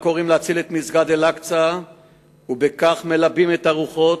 הקוראים להציל את מסגד אל-אקצא ובכך מלבים את הרוחות,